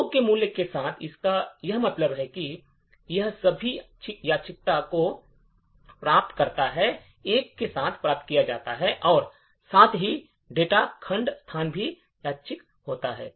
2 के मूल्य के साथ इसका क्या मतलब है यह सभी यादृच्छिकता को प्राप्त करता है जो 1 के साथ प्राप्त किया जाता है और साथ ही डेटा खंड स्थान भी यादृच्छिक होता है